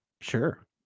Sure